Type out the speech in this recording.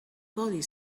codi